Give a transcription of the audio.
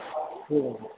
ঠিক আছে